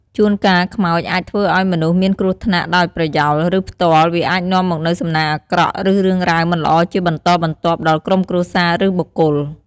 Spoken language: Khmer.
ជួនកាលខ្មោចអាចធ្វើឱ្យមនុស្សមានគ្រោះថ្នាក់ដោយប្រយោល ឬផ្ទាល់ វាអាចនាំមកនូវសំណាងអាក្រក់ ឬរឿងរ៉ាវមិនល្អជាបន្តបន្ទាប់ដល់ក្រុមគ្រួសារ ឬបុគ្គល។